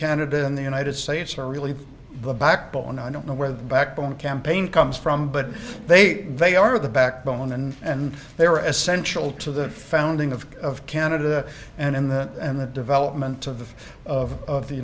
canada and the united states are really the backbone i don't know where the backbone campaign comes from but they ate vay are the backbone and they were essential to the founding of of canada and in that and the development of the of